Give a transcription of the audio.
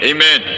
Amen